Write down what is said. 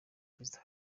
perezida